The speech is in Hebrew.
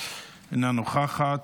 אינה נוכחת.